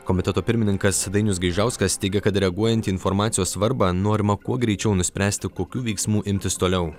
komiteto pirmininkas dainius gaižauskas teigia kad reaguojant į informacijos svarbą norima kuo greičiau nuspręsti kokių veiksmų imtis toliau